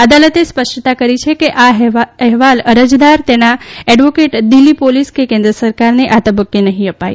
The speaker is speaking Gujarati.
અદાલતે સ્પષ્ટતા કરી કે આ અહેવાલ અરજદાર તેના એડવોકેટ દિલ્ફી પોલીસ કે કેન્દ્ર સરકારને આ તબક્કે નહીં અપાય